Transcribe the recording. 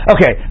Okay